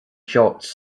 shots